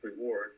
reward